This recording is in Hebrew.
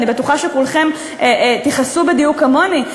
ואני בטוחה שכולכם תכעסו בדיוק כמוני.